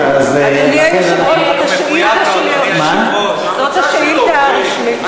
אז, אדוני היושב-ראש, זאת השאילתה שלי.